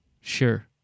Sure